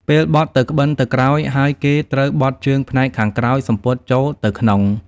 ពេលបត់ទៅក្បិនទៅក្រោយហើយគេត្រូវបត់ជើងផ្នែកខាងក្រោយសំពត់ចូលទៅក្នុង។